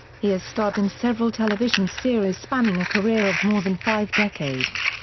he has starred in several television series spanning a career of more than five decades.